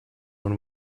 when